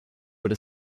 were